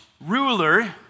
ruler